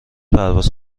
پرواز